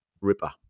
ripper